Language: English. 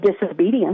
disobedience